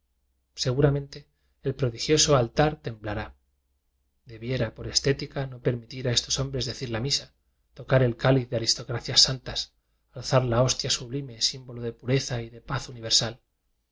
seguramente el prodigioso altar temblará debiera por estética no permitirá estos hombres decir la misa tocar el cáliz de aristocracias santas alzar la hostia sublime símbolo de pureza y de paz uni